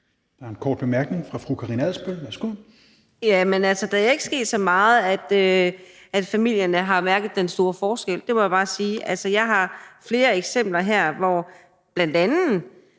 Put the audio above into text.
Petersen): En kort bemærkning fra fru Karina Adsbøl. Værsgo. Kl. 20:41 Karina Adsbøl (DF): Altså, der er ikke sket så meget, at familierne har mærket den store forskel. Det må jeg bare sige. Altså, jeg har flere eksempler her på bl.a.